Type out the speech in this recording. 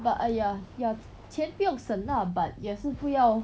but !aiya! ya 钱不用省 lah but 也是不要